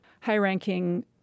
high-ranking